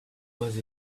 was